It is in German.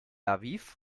aviv